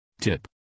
tip